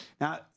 Now